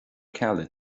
ceallaigh